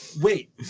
Wait